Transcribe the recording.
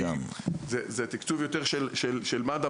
זה תקצוב יותר של מד"א,